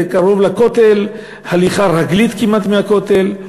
זה קרוב לכותל, זו הליכה רגלית כמעט מהכותל.